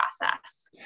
process